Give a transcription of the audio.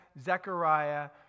Zechariah